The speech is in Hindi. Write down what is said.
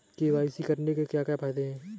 के.वाई.सी करने के क्या क्या फायदे हैं?